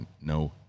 no